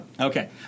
Okay